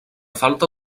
falta